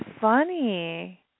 funny